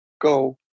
go